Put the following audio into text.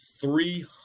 three